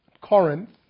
Corinth